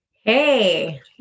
Hey